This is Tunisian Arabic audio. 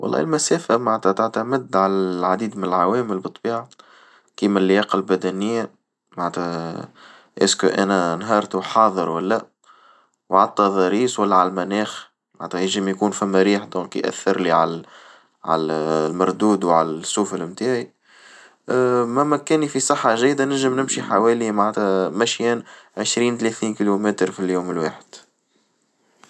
والله المسافة معنتها تعتمد على العديد من العوامل بالطبيعة كيما اللياقة البدنية معناتها اسكو انا نهار تو حاضر ولا الا و ع التضاريس ولا عالمناخ معنتها ينجم يكون فما رياح يأثر لي على على المردود وعلى السوفر متاعي ما ما كاني في صحة جيدة نجم نمشي حوالي معنتها مشيا عشرين ثلاثين كيلومتر في اليوم الواحد.